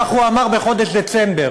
כך הוא אמר בחודש דצמבר.